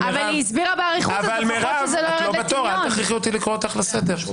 אל תכריחי לקרוא אותך לסדר.